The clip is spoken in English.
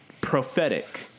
Prophetic